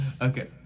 Okay